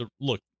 look